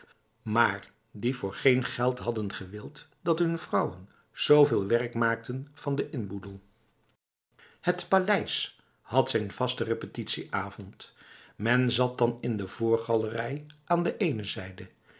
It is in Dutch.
maar die voor geen geld hadden gewild dat hun vrouwen zoveel werk maakten van de inboedel het paleis had zijn vaste receptieavond men zat dan in de voorgalerij aan de ene zijde